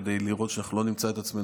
כדי לראות שאנחנו לא נמצא את עצמנו,